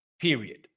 period